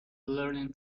learning